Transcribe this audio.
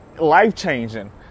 life-changing